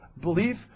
belief